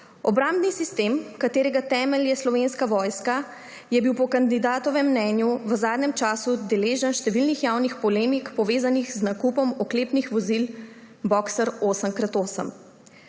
Obrambni sistem, katerega temelj je Slovenska vojska, je bil po kandidatovem mnenju v zadnjem času deležen številnih javnih polemik, povezanih z nakupom oklepnih vozil boxer 8x8.